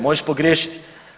Možeš pogriješiti.